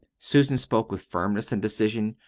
susan spoke with firmness and decision.